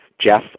Jeff